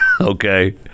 Okay